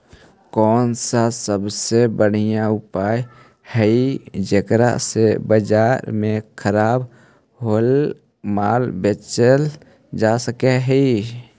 कौन सा सबसे बढ़िया उपाय हई जेकरा से बाजार में खराब होअल माल बेचल जा सक हई?